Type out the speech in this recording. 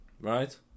right